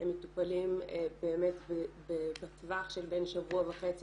הם מטופלים באמת בטווח של בין שבוע וחצי